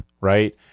right